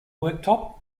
worktop